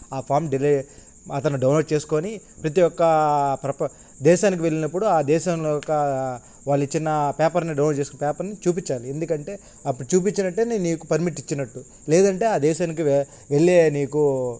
ఆ ఫామ్ డిలే అతను డౌన్లోడ్ చేసుకుని ప్రతీ ఒక్క ప్రప దేశానికి వెళ్ళినప్పుడు ఆ దేశంలో యొకా వాళ్ళ ఇచ్చిన పేపర్ని డౌన్లోడ్ చేసుకునే పేపర్ని చూపించాలి ఎందుకంటే అప్పుడు చూపించినట్టే నీకు పర్మిట్ ఇచ్చినట్టు లేదంటే ఆ దేశానికి వె వెళ్ళే నీకూ